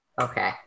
Okay